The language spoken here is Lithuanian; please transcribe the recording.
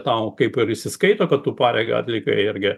tau kaip ir įsiskaito kad tu pareigą atlikai irgi